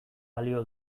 balio